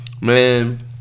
Man